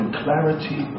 clarity